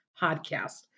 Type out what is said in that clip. podcast